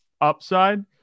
upside